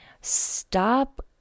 stop